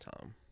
Tom